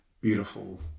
beautiful